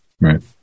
Right